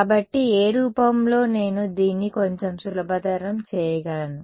కాబట్టి ఏ రూపంలో నేను దీన్ని కొంచెం సులభతరం చేయగలను